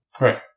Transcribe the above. Right